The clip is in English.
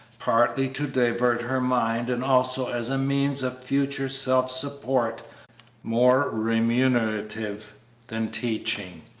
partly to divert her mind and also as a means of future self-support more remunerative than teaching.